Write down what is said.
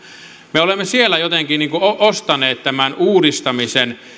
me olemme siellä jotenkin niin kuin ostaneet tämän uudistamisen